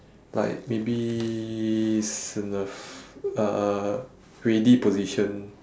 like maybe it's in a f~ a ready position